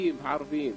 העסקים הערביים,